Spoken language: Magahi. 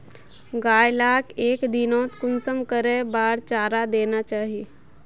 गाय लाक एक दिनोत कुंसम करे बार चारा देना चही?